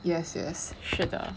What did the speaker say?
yes yes 是的